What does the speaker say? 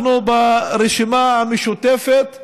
אנחנו ברשימה המשותפת נפעל,